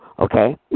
Okay